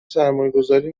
سرمایهگذاری